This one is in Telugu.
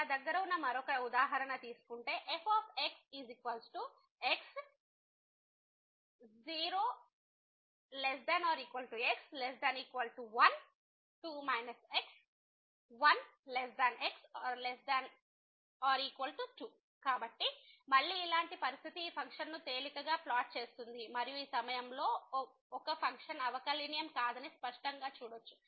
మన దగ్గర ఉన్న మరొక ఉదాహరణ తీసుకుంటే fxx 0 ≤ x ≤ 1 2 x 1x ≤ 2 కాబట్టి మళ్ళీ ఇలాంటి పరిస్థితి ఈ ఫంక్షన్ను తేలికగా ఫ్లాట్ చేస్తుంది మరియు ఈ సమయంలో 1 ఫంక్షన్ అవకలనియమం కాదని స్పష్టంగా చూడొచ్చు